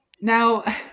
Now